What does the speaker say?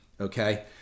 Okay